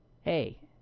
Hey